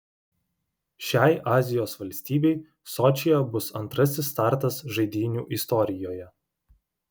šiai azijos valstybei sočyje bus antrasis startas žaidynių istorijoje